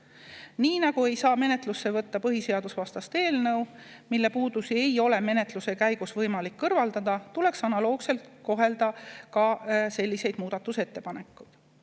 Nii nagu ei saa menetlusse võtta põhiseadusvastast eelnõu, mille puudusi ei ole menetluse käigus võimalik kõrvaldada, tuleks analoogselt kohelda ka selliseid muudatusettepanekuid.